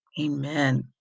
Amen